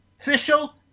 official